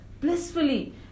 blissfully